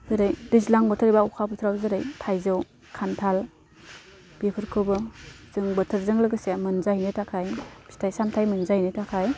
जेरै दैज्लां बोथोर एबा अखा बोथोराव जेरै थाइजौ खान्थाल बेफोरखौबो जों बोथोरजों लोगोसे मोनजाहैनो थाखाय फिथाइ सामथाय मोनजाहैनो थाखाय